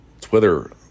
Twitter